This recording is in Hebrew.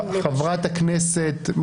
חברת הכנסת סטרוק,